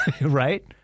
Right